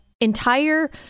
entire